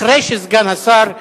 אחרי שסגן השר,